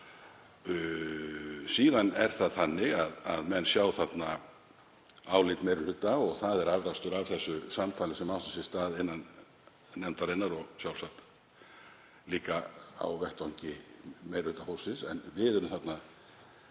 Síðan er það þannig að menn sjá þarna álit meiri hluta og það er afrakstur af því samtali sem átti sér stað innan nefndarinnar og sjálfsagt líka á vettvangi meirihlutafólksins. Við erum þarna